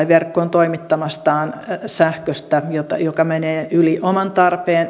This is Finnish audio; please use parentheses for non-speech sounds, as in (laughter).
(unintelligible) verkkoon toimittamastaan sähköstä joka menee yli oman tarpeen